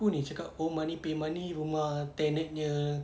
ni cakap owe money pay money rumah tenet nya